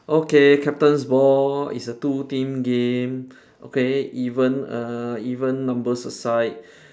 okay captain's ball is a two team game okay even a even numbers a side